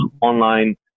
online